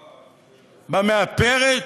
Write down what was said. במאפרת?